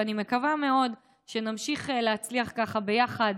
ואני מקווה מאוד שנמשיך להצליח כך ביחד.